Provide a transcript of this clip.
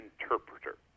interpreter